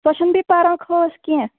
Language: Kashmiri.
سۄ چھےٚ نہٕ بیٚیہِ پَران خاص کیٚنٛہہ